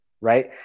right